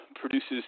produces